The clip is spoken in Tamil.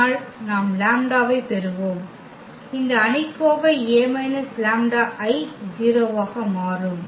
ஆனால் நாம் லாம்ப்டாவைப் பெறுவோம் இந்த அணிக்கோவை A λI 0 ஆக மாறும்